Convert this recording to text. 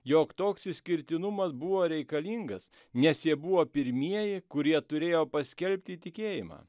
jog toks išskirtinumas buvo reikalingas nes jie buvo pirmieji kurie turėjo paskelbti tikėjimą